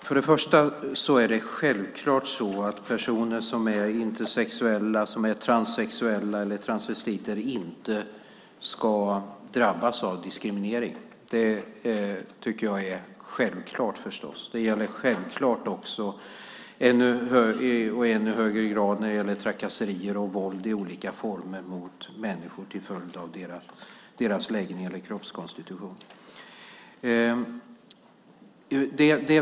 Fru talman! Självklart ska personer som är intersexuella, transsexuella eller transvestiter inte drabbas av diskriminering. Det är självklart, och det gäller självklart också trakasserier och våld i olika former mot människor till följd av deras läggning eller kroppskonstitution.